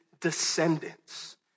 descendants